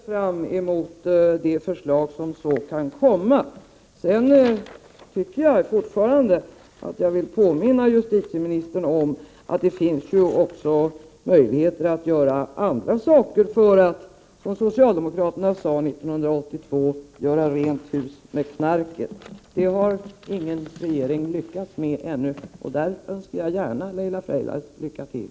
Herr talman! Jag ser med intresse fram emot de förslag som så kan komma. Sedan vill jag påminna justitieministern om att det finns möjligheter att göra andra saker för att, som socialdemokraterna sade 1982, göra rent hus med knarket. Det har ingen regering lyckats med ännu, och därför vill jag gärna önska Laila Freivalds lycka till.